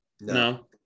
no